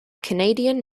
canadian